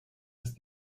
ist